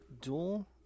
Dual